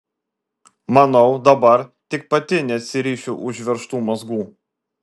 manau dabar tik pati neatsirišiu užveržtų mazgų